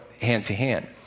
hand-to-hand